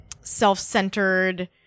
self-centered